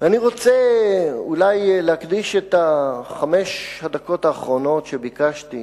אני רוצה אולי להקדיש את חמש הדקות האחרונות שביקשתי